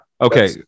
Okay